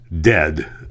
dead